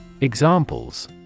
Examples